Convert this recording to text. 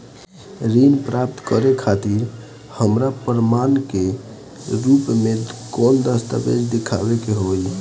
ऋण प्राप्त करे खातिर हमरा प्रमाण के रूप में कौन दस्तावेज़ दिखावे के होई?